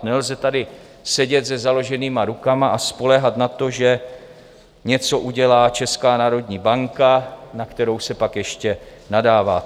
Nelze tady sedět se založenýma rukama a spoléhat na to, že něco udělá Česká národní banka, na kterou se pak ještě nadává.